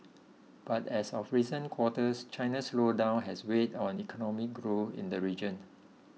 but as of recent quarters China's slowdown has weighed on economic growth in the region